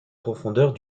profondeurs